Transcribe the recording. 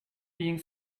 being